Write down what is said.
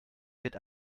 wird